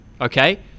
Okay